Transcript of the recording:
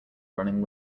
running